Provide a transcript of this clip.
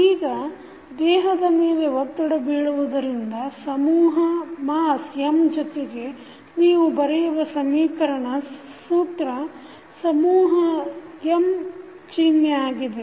ಈಗ ದೇಹದ ಮೇಲೆ ಒತ್ತಡ ಬೀಳುವುದರಿಂದ ಸಮೂಹ mass M ಜೊತೆಗೆ ನೀವು ಬರೆಯುವ ಸಮೀಕರಣ ಸೂತ್ರ ಸಮೂಹದ ಚಿನ್ಹೆ M ಆಗಿದೆ